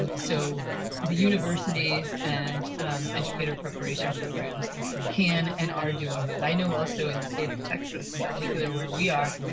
um so the universities and educator preparation programs can and are doing that. i know also in the state of texas, in particular where we are,